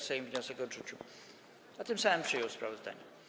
Sejm wniosek odrzucił, a tym samym przyjął sprawozdanie.